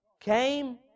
came